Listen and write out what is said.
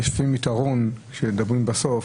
לפעמים יש יתרון כשמדברים בסוף